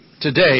today